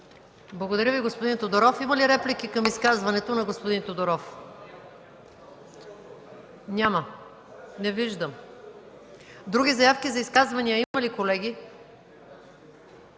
Благодаря Ви, господин Тодоров. Има ли реплики към изказването на господин Тодоров? Не виждам. Други заявки за изказвания има ли, колеги?